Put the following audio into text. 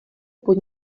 pod